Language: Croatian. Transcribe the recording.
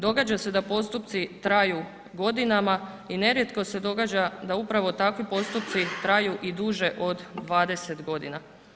Događa se da postupci traju godinama i nerijetko se događa da upravo takvi postupci traju i duže od 20 godina.